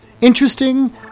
Interesting